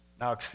Now